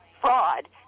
fraud